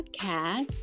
podcast